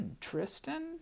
Tristan